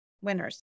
Winners